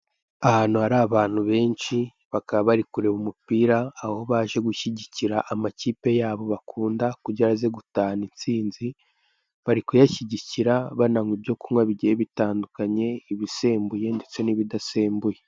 Ahantu hari abantu benshi aho baje gushyigikira amakipe yabo bakunda kugira aze gutahana insinzi, bari kuyashyigikira bananywa ibyo kunywa bitandukanye, ibisembuye ndetse n'ibidasembuye.